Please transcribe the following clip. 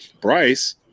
Bryce